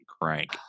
crank